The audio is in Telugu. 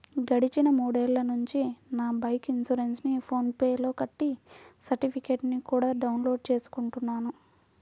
గడిచిన మూడేళ్ళ నుంచి నా బైకు ఇన్సురెన్సుని ఫోన్ పే లో కట్టి సర్టిఫికెట్టుని కూడా డౌన్ లోడు చేసుకుంటున్నాను